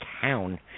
town